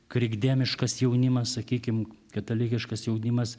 krikdemiškas jaunimas sakykim katalikiškas jaunimas